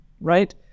right